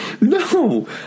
No